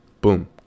Boom